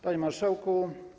Panie Marszałku!